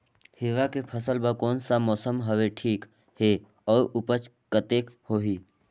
हिरवा के फसल बर कोन सा मौसम हवे ठीक हे अउर ऊपज कतेक होही?